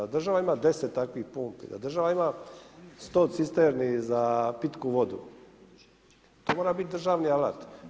Država ima deset takvih pumpi, da država ima 100 cisterni za pitku vodu, to mora biti državni alat.